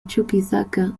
chuquisaca